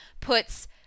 puts